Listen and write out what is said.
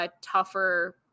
tougher